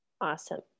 Awesome